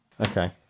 Okay